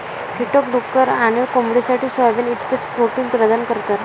कीटक डुक्कर आणि कोंबडीसाठी सोयाबीन इतकेच प्रोटीन प्रदान करतात